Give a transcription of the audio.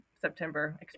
September